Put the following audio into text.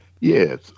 Yes